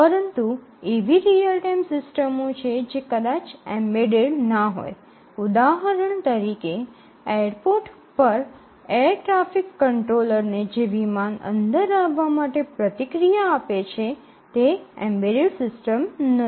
પરંતુ એવી real time સિસ્ટમો છે જે કદાચ એમ્બેડેડ ના હોય ઉદાહરણ તરીકે એરપોર્ટ પર એર ટ્રાફિક કંટ્રોલરમાં જે વિમાનને અંદર આવવા માટે પ્રતિક્રિયા આપે છે તે એમ્બેડેડ સિસ્ટમ નથી